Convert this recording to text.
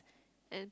and